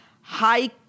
high